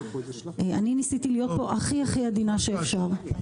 אני ניסיתי להיות פה הכי הכי עדינה שאפשר.